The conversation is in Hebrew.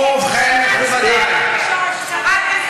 ובכן, מכובדי, מספיק.